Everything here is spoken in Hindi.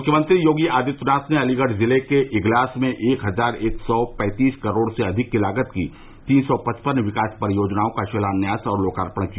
मुख्यमंत्री योगी आदित्यनाथ ने अलीगढ़ जिले के इगलास में एक हजार एक सौ पैंतीस करोड़ से अधिक की लागत की तीन सौ पचपन विकास परियोजनाओं का शिलान्यास और लोकार्पण किया